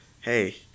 Hey